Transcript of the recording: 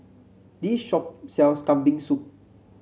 this shop sells Kambing Soup